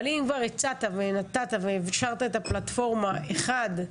אבל אם כבר הצעת ונתת ואישרת את הפלטפורמה- אז אחד,